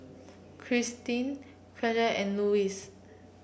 Kristin Kenisha and Louisa